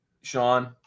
Sean